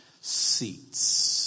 seats